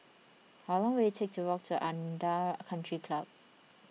how long will it take to walk to Aranda Country Club